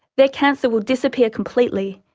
their cancer will disappear completely,